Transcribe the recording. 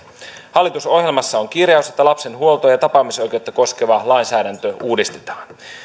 hallitusohjelmassa on kirjaus että lapsen huoltoa ja tapaamisoikeutta koskeva lainsäädäntö uudistetaan